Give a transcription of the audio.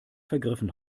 vergriffen